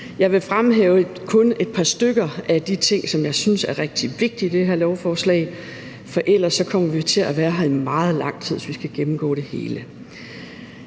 Jeg vil kun fremhæve et par stykker af de ting, som jeg synes er rigtig vigtige i det her lovforslag, for ellers kommer vi til at være her i meget lang tid, altså hvis vi skal gennemgå det hele.